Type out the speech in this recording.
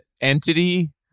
entity